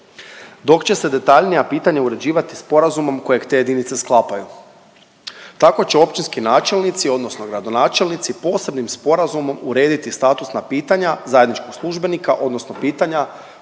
dok će se detaljnija pitanja uređivati sporazumom kojeg te jedinice sklapaju. Tako će općinski načelnici odnosno gradonačelnici posebnim sporazumom urediti statusna pitanja zajedničkog službenika odnosno pitanja